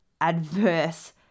adverse